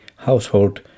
household